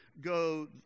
go